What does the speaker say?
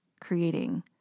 creating